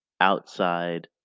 outside